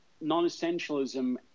non-essentialism